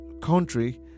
country